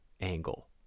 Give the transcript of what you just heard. angle